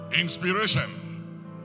inspiration